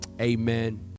Amen